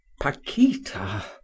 paquita